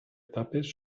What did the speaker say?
etapes